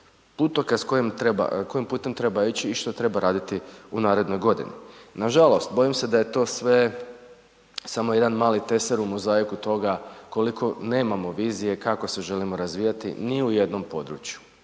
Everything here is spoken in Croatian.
putokaz kojim putem ići i što treba raditi u narednoj godini. Nažalost bojim se da je to sve samo jedan mali teser u mozaiku toga koliko nemamo vizije kako se želimo razvijati ni u jednom području